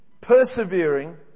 persevering